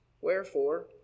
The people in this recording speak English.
Wherefore